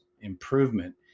improvement